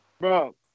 Bro